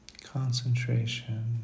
concentration